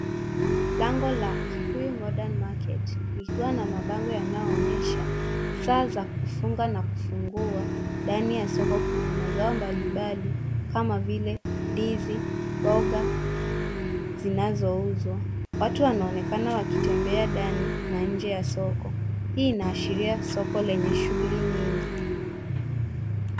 Lango la, Kikuyu Modern Market, kikiwa na mabango yanayoonyesha saa za kufunga na kufungua. Ndani ya soko kuna mazao mbalimbali kama vile ndizi na mboga zinazouzwa. Watu wanaonekana wakitembea ndani na nje ya soko. Hii inaashiria soko lenye shughuli nyingi.